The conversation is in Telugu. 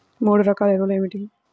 మూడు రకాల ఎరువులు ఏమిటి?